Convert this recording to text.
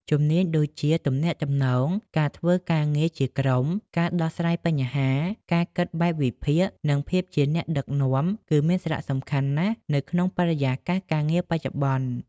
ជំនាញដូចជា ទំនាក់ទំនង ការធ្វើការងារជាក្រុម ការដោះស្រាយបញ្ហា ការគិតបែបវិភាគ និងភាពជាអ្នកដឹកនាំ គឺមានសារៈសំខាន់ណាស់នៅក្នុងបរិយាកាសការងារបច្ចុប្បន្ន។